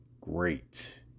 great